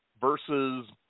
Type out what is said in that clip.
versus